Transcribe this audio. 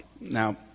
Now